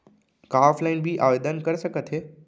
का ऑफलाइन भी आवदेन कर सकत हे?